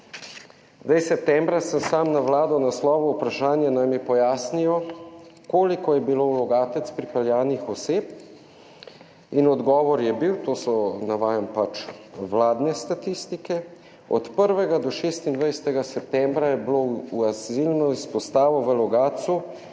Zdaj, septembra sem sam na Vlado naslovil vprašanje, naj mi pojasnijo, koliko je bilo v Logatec pripeljanih oseb in odgovor je bil, to so, navajam pač vladne statistike, od 1. do 26. septembra je bilo v azilno izpostavo v Logatcu